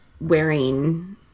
wearing